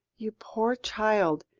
you poor child,